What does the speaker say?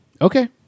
Okay